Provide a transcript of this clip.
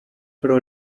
pro